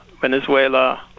venezuela